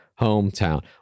hometown